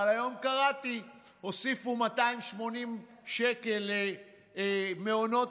אבל היום קראתי שהוסיפו 280 שקל למעונות